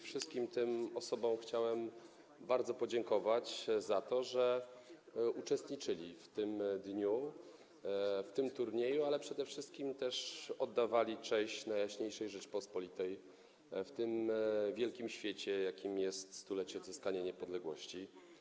Wszystkim tym osobom chciałem bardzo podziękować za to, że uczestniczyły w tym dniu w tym turnieju, ale przede wszystkim za to, że oddawały cześć Najjaśniejszej Rzeczypospolitej podczas tego wielkiego święta, jakim jest 100-lecie odzyskania niepodległości.